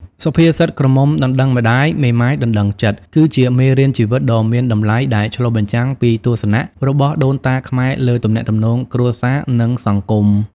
សុភាសិត "ក្រមុំដណ្ដឹងម្ដាយ មេម៉ាយដណ្ដឹងចិត្ត" គឺជាមេរៀនជីវិតដ៏មានតម្លៃដែលឆ្លុះបញ្ចាំងពីទស្សនៈរបស់ដូនតាខ្មែរលើទំនាក់ទំនងគ្រួសារ និងសង្គម។